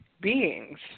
beings